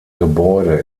gebäude